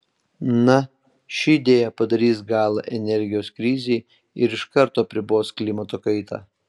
na ši idėja padarys galą energijos krizei ir iš karto apribos klimato kaitą